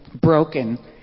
broken